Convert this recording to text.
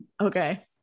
Okay